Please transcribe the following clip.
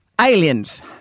Aliens